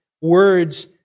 Words